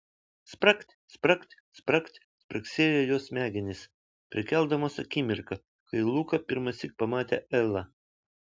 spragt spragt spragt spragsėjo jos smegenys prikeldamos akimirką kai luka pirmąsyk pamatė elą